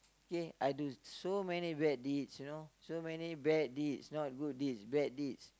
ya I do so many bad deeds you know so many bad deeds not good deeds bad deeds